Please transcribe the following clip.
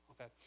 okay